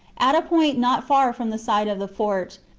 at a point not far from the side of the fort,